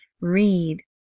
read